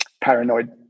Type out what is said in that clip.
paranoid